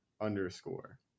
underscore